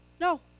no